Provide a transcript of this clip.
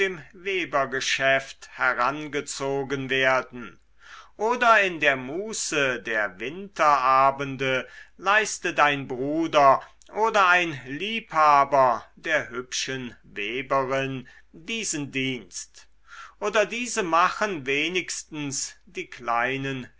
webergeschäft herangezogen werden oder in der muße der winterabende leistet ein bruder oder ein liebhaber der hübschen weberin diesen dienst oder diese machen wenigstens die kleinen